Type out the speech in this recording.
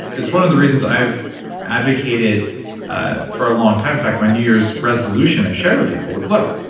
it's one of the reasons i've advocated ah for a long time. in fact, my new year's resolution i shared with people is, look,